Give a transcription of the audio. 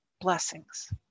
blessings